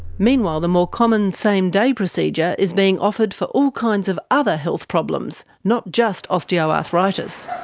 meanwhile the more common same-day procedure is being offered for all kinds of other health problems, not just osteoarthritis.